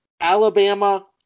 Alabama